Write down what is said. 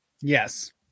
Yes